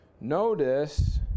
Notice